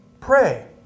pray